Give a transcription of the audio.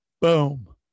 Boom